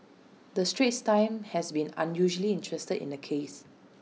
the straits times has been unusually interested in the case